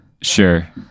sure